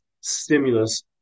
stimulus